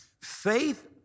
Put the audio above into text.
Faith